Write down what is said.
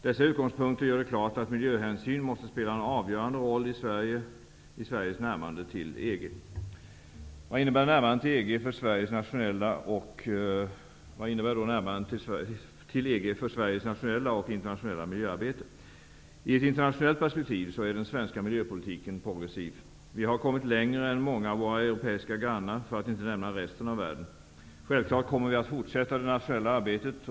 Dessa utgångspunkter gör det klart att miljöhänsyn måste spela en avgörande roll i Sveriges närmande till EG. Vad innebär närmandet till EG för Sveriges nationella och internationella miljöarbete? I ett internationellt perspektiv är den svenska miljöpolitiken progressiv. Vi har kommit längre än många av våra europeiska grannar, för att inte nämna resten av världen. Självklart kommer vi att fortsätta det internationella arbetet.